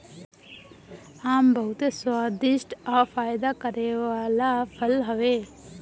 आम बहुते स्वादिष्ठ आ फायदा करे वाला फल हवे